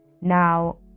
Now